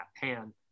pan